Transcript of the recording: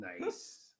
Nice